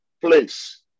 place